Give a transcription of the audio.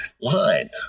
line